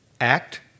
act